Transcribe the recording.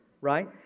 right